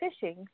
fishing